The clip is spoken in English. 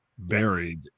Buried